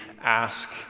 ask